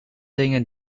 dingen